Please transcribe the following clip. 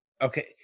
okay